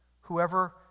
Whoever